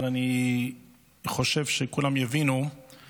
אבל אני חושב שכולם יבינו את